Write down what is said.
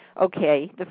Okay